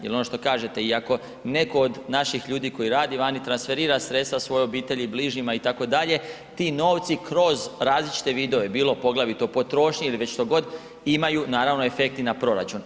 Jer, ono što kažete, i ako netko od naših ljudi koji radi vani transferira sredstva svojoj obitelji, bližnjima, itd., ti novci kroz različite vidove, bilo poglavito potrošnje ili već što god, imaju, naravno efekt i na proračun.